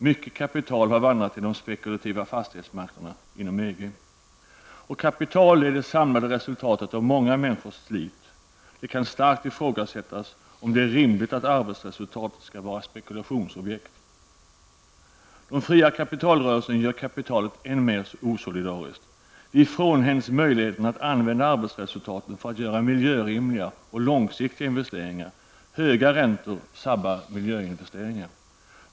Mycket kapital har vandrat till de spekulativa fastighetsmarknaderna inom EG. Kapital är det samlade resultatet av många människors slit. Det kan starkt ifrågasättas om det är rimligt att arbetsresultat skall vara spekulationsobjekt. De fria kapitalrörelserna gör kapitalet än mer osolidariskt. Vi frånhänds möjligheterna att använda arbetsresultaten för att göra miljörimliga och långsiktiga investeringar. Höga räntor sabbar miljöinvesteringar.